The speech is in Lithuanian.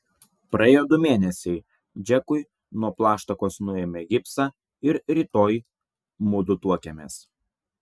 praėjo du mėnesiai džekui nuo plaštakos nuėmė gipsą ir rytoj mudu tuokiamės